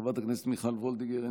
חברת הכנסת מיכל וולדיגר,